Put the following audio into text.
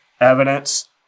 evidence